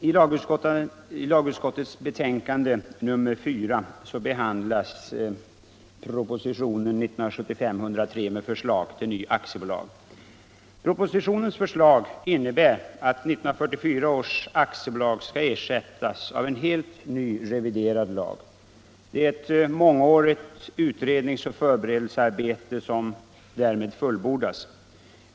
Herr talman! I lagutskottets betänkande 1975/76:4 behandlas propositionen 1975:103 med förslag till ny aktiebolagslag. Propositionens förslag innebär att 1944 års aktiebolagslag skall ersättas av en helt ny, reviderad lag. Det är ett mångårigt utredningsoch förberedelsearbete som därmed fullbordas.